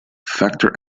factor